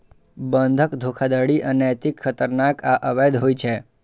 बंधक धोखाधड़ी अनैतिक, खतरनाक आ अवैध होइ छै